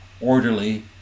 orderly